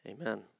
Amen